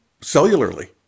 cellularly